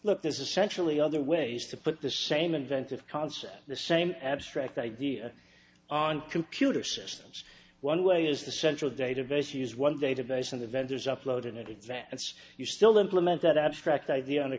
look this essentially other ways to put the same inventive concept the same abstract idea on computer systems one way is the central database use one database and the vendors upload in advance you still implement that abstract idea on a